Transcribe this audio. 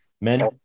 Men